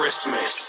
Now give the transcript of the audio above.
Christmas